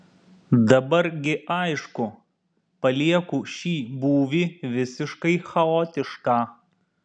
dabar gi aišku palieku šį būvį visiškai chaotišką